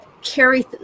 carry